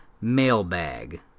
Mailbag